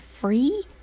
free